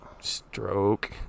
Stroke